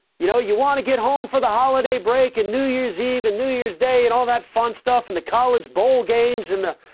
you know you want to get home for the holiday break and new year's eve and new year's day and all that fun stuff and the college bowl games in the,